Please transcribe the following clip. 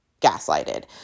gaslighted